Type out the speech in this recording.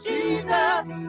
Jesus